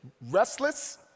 restless